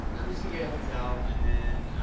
i'm just gonna get a hotel and then